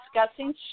discussing